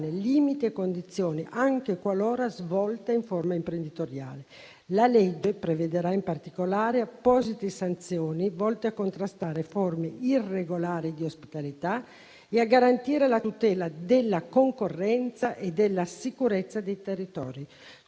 limiti e condizioni anche qualora svolta in forma imprenditoriale. La legge prevederà in particolare apposite sanzioni volte a contrastare forme irregolari di ospitalità e a garantire la tutela della concorrenza e della sicurezza dei territori.